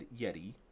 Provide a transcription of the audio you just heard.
Yeti